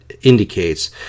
indicates